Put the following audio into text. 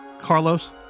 Carlos